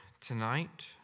tonight